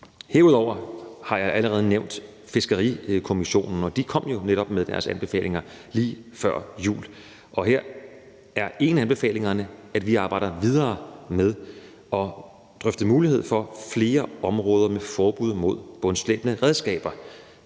Herudover har jeg allerede nævnt Fiskerikommissionen, og de kom jo netop med deres anbefalinger lige før jul. Her er en af anbefalingerne, at vi arbejder videre med at drøfte muligheden for flere områder med forbud mod bundslæbende redskaber.